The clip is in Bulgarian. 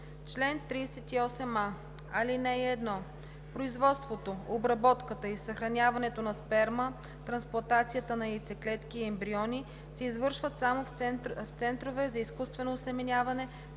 „Чл. 38а. (1) Производството, обработката и съхраняването на сперма, трансплантацията на яйцеклетки и ембриони се извършват само в центрове за изкуствено осеменяване,